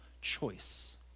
choice